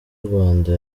rwanda